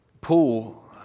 Paul